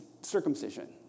circumcision